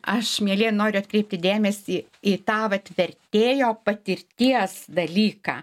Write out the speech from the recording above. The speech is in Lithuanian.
aš mielieji noriu atkreipti dėmesį į tą vat vertėjo patirties dalyką